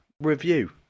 review